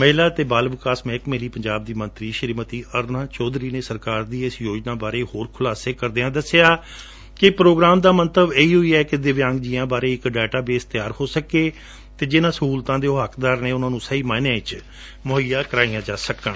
ਮਹਿਲਾ ਅਤੇ ਬਾਲ ਵਿਕਾਸ ਮਹਿਕਮੇ ਲਈ ਪੰਜਾਬ ਦੀ ਮੰਤਰੀ ਸ੍ਰੀਮਤੀ ਅਰੁਨਾ ਚੌਧਰੀ ਨੇ ਸਰਕਾਰ ਦੀ ਇਸ ਯੋਜਨਾ ਬਾਰੇ ਹੋਰ ਖੁਲਾਸੇ ਕਰਦਿਆਂ ਦੱਸਿਆ ਕਿ ਪ੍ਰੋਗਰਾਮ ਦਾ ਮੰਤਵ ਇਹੋ ਹੀ ਹੈ ਕਿ ਦਿਵਿਆਂਗ ਜੀਆਂ ਬਾਰੇ ਇਕ ਡਾਟਾ ਬੇਸ ਤਿਆਰ ਹੋ ਸਕੇ ਅਤੇ ਜਿਨਾਂ ਸਹੁਲਤਾਂ ਦੇ ਉਹ ਹੱਕਦਾਰ ਨੇ ਉਨਾਂ ਨੂੰ ਸਹੀ ਮਾਇਨਿਆਂ ਵਿਚ ਮੁਹੱਈਆ ਕਰਵਾਈਆਂ ਜਾ ਸਕਣ